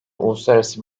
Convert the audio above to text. uluslararası